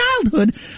childhood